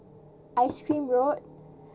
ice cream road